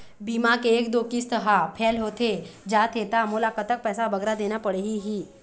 बीमा के एक दो किस्त हा फेल होथे जा थे ता मोला कतक पैसा बगरा देना पड़ही ही?